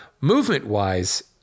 Movement-wise